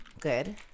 Good